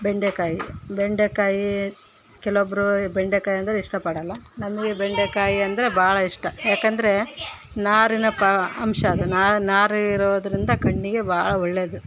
ಬೆಂಡೆಕಾಯಿ ಬೆಂಡೆಕಾಯಿ ಕೆಲವೊಬ್ಬರು ಬೆಂಡೆಕಾಯಂದರೆ ಇಷ್ಟ ಪಡೋಲ್ಲ ನಮಗೆ ಬೆಂಡೆಕಾಯಿ ಅಂದರೆ ಬಹಳ ಇಷ್ಟ ಯಾಕಂದರೆ ನಾರಿನ ಪಾ ಅಂಶ ಅದು ನಾರುಯಿರೋದ್ರಿಂದ ಕಣ್ಣಿಗೆ ಬಹಳ ಒಳ್ಳೇದು